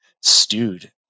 stewed